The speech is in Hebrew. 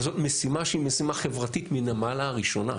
אבל זאת משימה שהיא משימה חברתית מן המעלה הראשונה.